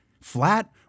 flat